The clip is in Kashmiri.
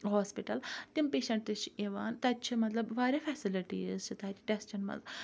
ہوسپِٹَل تِم پیشَنٹ چھِ یِوان تَتہِ چھِ مَطلَب واریاہ فیسلِٹیٖز چھِ تَتہِ ٹیٚسٹَن مَنٛز